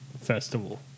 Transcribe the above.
festival